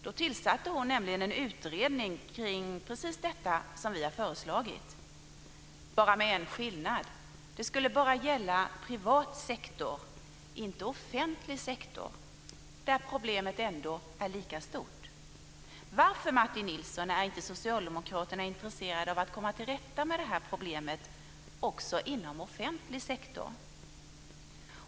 Då tillsatte hon nämligen en utredning kring precis det som vi har föreslagit - med en skillnad: Det skulle bara gälla privat sektor, inte offentlig sektor där problemet ändå är lika stort. Varför, Martin Nilsson, är inte Socialdemokraterna intresserade av att komma till rätta med det här problemet också inom offentlig sektor?